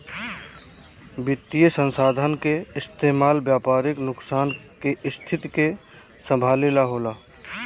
वित्तीय संसाधन के इस्तेमाल व्यापारिक नुकसान के स्थिति के संभाले ला होला